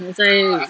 that's why